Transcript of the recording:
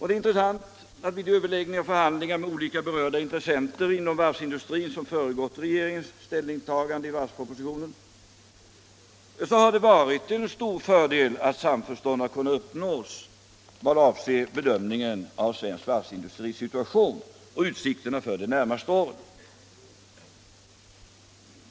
Det är intressant att notera att det, vid överläggningar och förhandlingar med olika berörda intressenter inom varvsindustrin som föregått regeringens ställningstagande i varvspropositionen, har varit en stor fördel att samförstånd har kunnat uppnås vad avser bedömningen av svensk varvsindustris situation och dess utsikter för de närmaste åren.